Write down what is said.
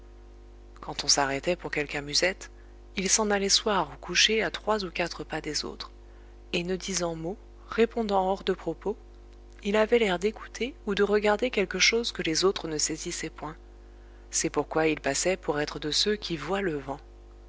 quand on s'arrêtait pour quelque amusette il s'en allait seoir ou coucher à trois ou quatre pas des autres et ne disant mot répondant hors de propos il avait l'air d'écouter ou de regarder quelque chose que les autres ne saisissaient point c'est pourquoi il passait pour être de ceux qui voient le vent